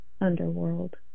underworld